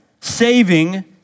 saving